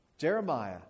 Jeremiah